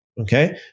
okay